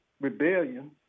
rebellion